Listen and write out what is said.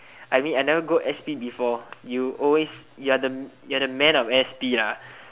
I mean I never go s_p before you always you are the you are the man of s_p ah